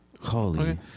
Holy